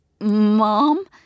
Mom